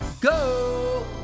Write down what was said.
go